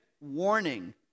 warning